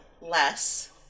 less